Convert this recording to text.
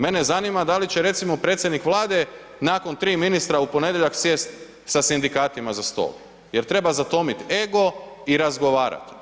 Mene zanima da li će, recimo, predsjednik Vlade nakon 3 ministra u ponedjeljak sjest sa sindikatima za stol jer treba zatomiti ego i razgovarati.